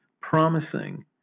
promising